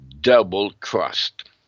double-crossed